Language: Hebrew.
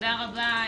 תודה רבה.